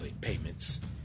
payments